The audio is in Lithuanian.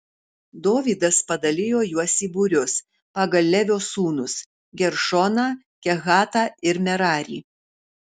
dovydas padalijo juos į būrius pagal levio sūnus geršoną kehatą ir merarį